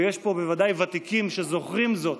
ויש פה בוודאי ותיקים שזוכרים זאת,